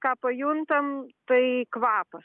ką pajuntam tai kvapas